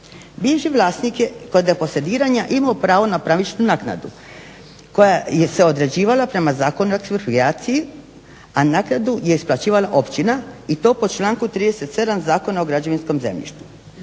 Bivši vlasnik je … imao pravo na pravičnu naknadu koja se određivala prema Zakonu o eksproprijaciji a naknadu je isplaćivala općina i to po članku 37 Zakona o građevinskom zemljištu.